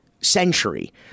century